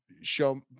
show